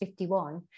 51